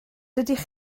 dydych